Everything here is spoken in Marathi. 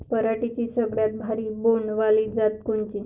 पराटीची सगळ्यात भारी बोंड वाली जात कोनची?